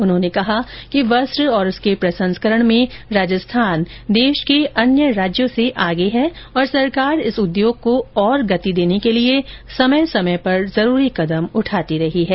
उन्होंने कहा कि वस्त्र और उसके प्रसंस्करण में राजस्थान देश के अन्य राज्यों से आगे है और सरकार इस उद्योग को और गति देने के लिए समय समय पर जरूरी कदम उठाती रही है